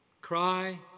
cry